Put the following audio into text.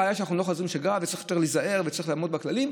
מה הראיה שאנחנו לא חוזרים לשגרה וצריך יותר להיזהר וצריך לעמוד בכללים?